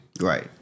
right